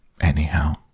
Anyhow